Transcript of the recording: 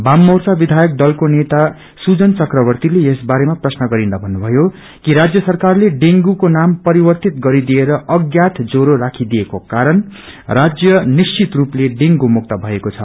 वाममोंचा विधयक दलको नेता सुजन चक्रवतीले यस बारेमा प्रश्न गरिन्दा भन्नुभवो कि रातय सरकारले डेंग्री नाम परिवर्तित गरिदिएर अज्ञात ज्वरो राखिदिएको कारण राज्य निश्चित रूपले डेंग्र मुक्त भएको छ